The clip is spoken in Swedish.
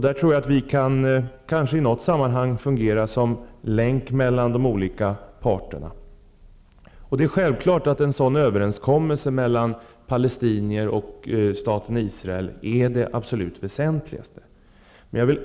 Där tror jag att vi i något sammanhang kan fungera som länk mellan de olika parterna. Det är självklart att en sådan överenskommelse mellan palestinier och staten Israel är det absolut väsentligaste.